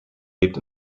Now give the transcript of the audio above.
lebt